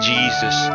Jesus